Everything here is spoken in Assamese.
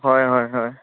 হয় হয় হয়